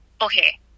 okay